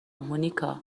مونیکا